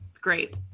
Great